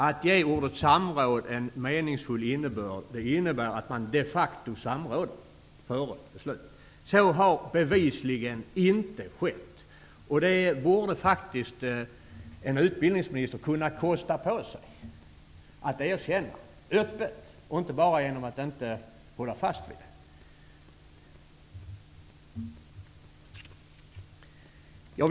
Att ge ordet samråd en meningsfull innebörd är att man de facto samråder innan beslut fattas. Så har bevisligen inte skett. En utbildningsminister borde kunna kosta på sig att erkänna detta öppet och inte enbart genom att inte hålla fast vid det.